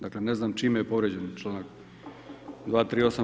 Dakle ne znam čime je povrijeđen članak 238.